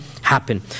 happen